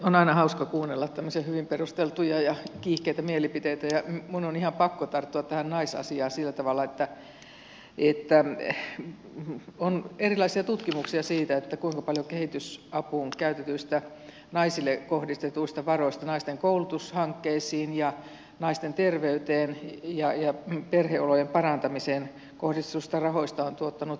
on aina hauska kuunnella tämmöisiä hyvin perusteltuja ja kiihkeitä mielipiteitä ja minun on ihan pakko tarttua tähän naisasiaan sillä tavalla että on erilaisia tutkimuksia siitä kuinka paljon kehitysapuun käytetyistä naisille kohdistetuista varoista naisten koulutushankkeisiin ja naisten terveyteen ja perheolojen parantamiseen kohdistetuista rahoista on tuottanut hyvää tulosta